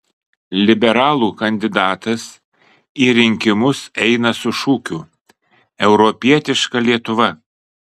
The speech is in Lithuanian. liberalų kandidatas į rinkimus eina su šūkiu europietiška lietuva